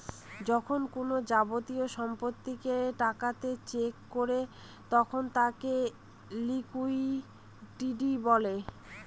যখন কোনো যাবতীয় সম্পত্তিকে টাকাতে চেঞ করে তখন তাকে লিকুইডিটি বলে